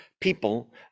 people